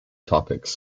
topics